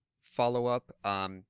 follow-up